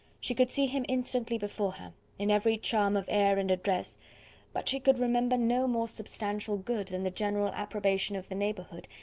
she could see him instantly before her, in every charm of air and address but she could remember no more substantial good than the general approbation of the neighbourhood,